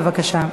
בבקשה.